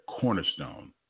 cornerstone